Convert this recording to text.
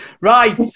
Right